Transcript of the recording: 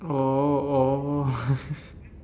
oh oh